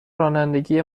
رانندگی